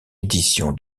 édition